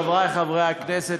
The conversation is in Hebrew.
חברי חברי הכנסת,